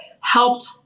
helped